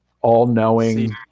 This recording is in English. all-knowing